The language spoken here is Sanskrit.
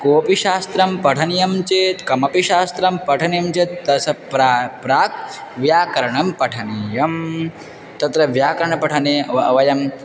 कोपि शास्त्रं पठनीयं चेत् कमपि शास्त्रं पठनीयं चेत् तस्य प्राक् प्राक् व्याकरणं पठनीयं तत्र व्याकरणपठने व वयं